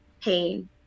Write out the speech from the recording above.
pain